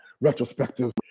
retrospective